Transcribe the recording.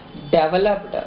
developed